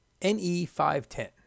NE510